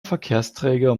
verkehrsträger